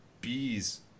bees